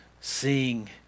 seeing